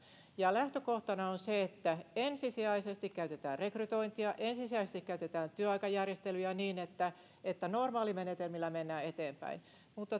lähtökohtana on se että ensisijaisesti käytetään rekrytointia ensisijaisesti käytetään työaikajärjestelyjä niin että että normaalimenetelmillä mennään eteenpäin